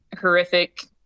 horrific